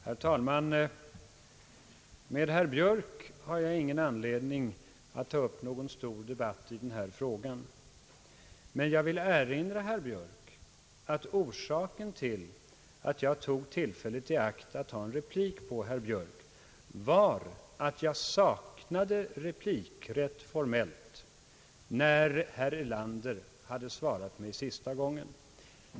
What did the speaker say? Herr talman! Med herr Björk har jag ingen anledning att ta upp någon stor debatt i denna fråga. Jag vill dock erinra herr Björk om att orsaken till att jag tog tillfället i akt till en replik på herr Björks anförande var att jag saknade formell replikrätt, när herr Erlander hade svarat mig sista gången.